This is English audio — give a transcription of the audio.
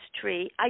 tree